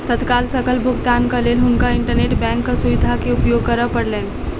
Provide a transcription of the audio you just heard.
तत्काल सकल भुगतानक लेल हुनका इंटरनेट बैंकक सुविधा के उपयोग करअ पड़लैन